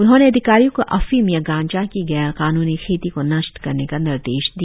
उन्होंने अधिकारियो को अफीम या गांजा की गैर कानूनी खेती को नष्ट करने का निर्देश दिया